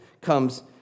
comes